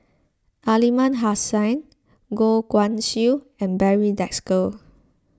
Aliman Hassan Goh Guan Siew and Barry Desker